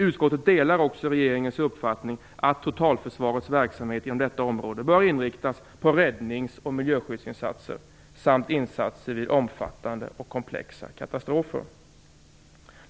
Utskottet delar också regeringens uppfattning att totalförsvarets verksamhet inom detta område bör inriktas på räddnings och miljöskyddsinsatser samt insatser vid omfattande och komplexa katastrofer.